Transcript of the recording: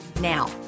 Now